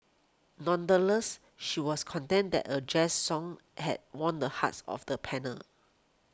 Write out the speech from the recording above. nonetheless she was contented that a Jazz song had won the hearts of the panel